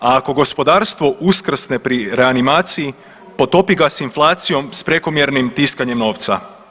A ako gospodarstvo uskrsne pri reanimaciji potopi ga s inflacijom s prekomjernim tiskanjem novca.